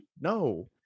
No